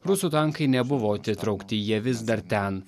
rusų tankai nebuvo atitraukti jie vis dar ten